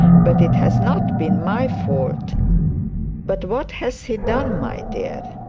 but it has not been my fault but what has he done, my dear